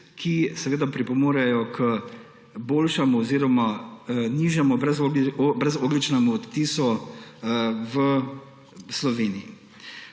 ki pripomorejo k boljšemu oziroma nižjemu brezogljičnemu odtisu v Sloveniji.